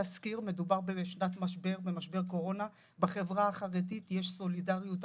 לא הסתכלתי בחברה הערבית.